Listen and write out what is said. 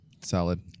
Salad